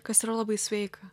kas yra labai sveika